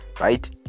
right